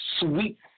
sweet